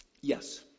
Yes